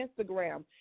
Instagram